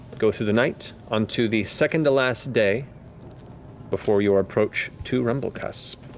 go through the night, on to the second-to-last day before your approach to rumblecusp.